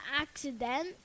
accident